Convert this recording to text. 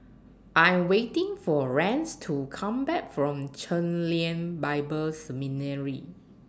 I Am waiting For Rance to Come Back from Chen Lien Bible Seminary